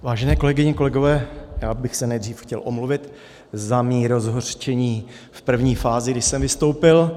Vážené kolegyně, kolegové, já bych se nejdřív chtěl omluvit za své rozhořčení v první fázi, když jsem vystoupil.